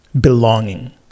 belonging